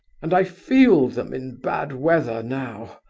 and i feel them in bad weather now.